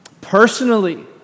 personally